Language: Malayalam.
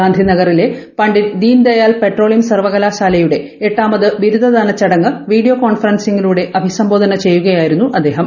ഗാന്ധിനഗറിലെ പണ്ഡിറ്റ് ദീൻദയാൽ പെട്രോളിയം സർവകലാശാലയുടെ എട്ടാമത് ബിരുദദാനച്ചടങ്ങ് വീഡിയോ കോൺഫറൻസിലൂടെ അഭിസംബോധന ചെയ്യുകയായിരുന്നു അദ്ദേഹം